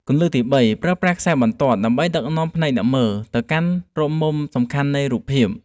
គន្លឹះទី៣ ប្រើប្រាស់ខ្សែបន្ទាត់ដើម្បីដឹកនាំភ្នែកអ្នកមើលទៅកាន់រកមុំសំខាន់នៃរូបភាព។